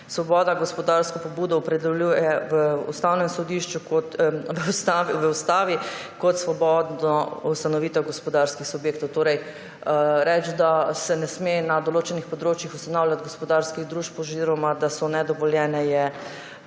svoboda gospodarsko pobudo opredeljuje v ustavi kot svobodno ustanovitev gospodarskih subjektov. Torej reči, da se ne sme na določenih področjih ustanavljati gospodarskih družb oziroma da so nedovoljene, je,